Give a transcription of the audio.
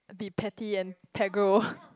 be petty and pegro